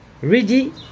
ready